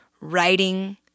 Writing